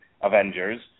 Avengers